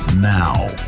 now